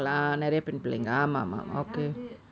ah நிறைய பெண்:niraiya penn ya ஏனா வந்து:yaenaa vanthu